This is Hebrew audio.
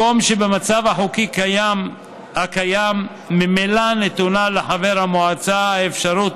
מקום שבמצב החוקי הקיים ממילא נתונה לחבר המועצה האפשרות